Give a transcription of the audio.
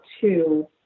two